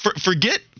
forget